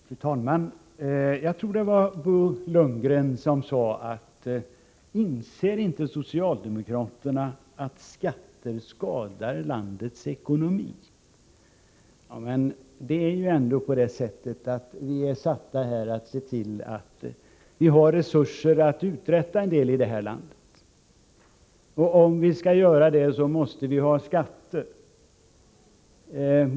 Fru talman! Jag tror det var Bo Lundgren som sade: Inser inte socialdemokraterna att skatter skadar landets ekonomi? Men det är ju ändå på det sättet att vi är satta här att se till att vi har resurser att uträtta en del här i landet. Om vi skall göra det måste vi ha skatter.